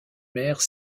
mère